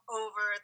over